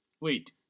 Wait